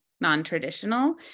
non-traditional